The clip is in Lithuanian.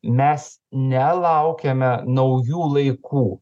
mes nelaukiame naujų laikų